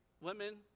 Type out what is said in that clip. Women